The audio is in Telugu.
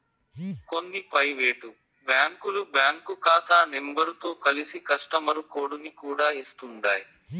కొన్ని పైవేటు బ్యాంకులు బ్యాంకు కాతా నెంబరుతో కలిసి కస్టమరు కోడుని కూడా ఇస్తుండాయ్